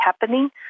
happening